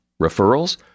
Referrals